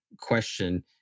question